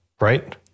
right